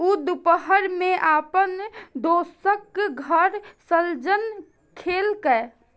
ऊ दुपहर मे अपन दोस्तक घर शलजम खेलकै